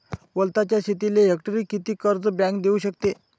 वलताच्या शेतीले हेक्टरी किती कर्ज बँक देऊ शकते?